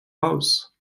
raus